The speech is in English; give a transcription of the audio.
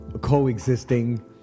coexisting